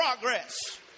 progress